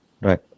Right